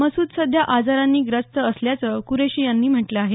मसूद सध्या आजारांनी ग्रस्त असल्याचं कुरैशी यांनी म्हटलं आहे